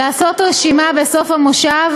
לעשות בסוף המושב